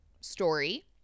story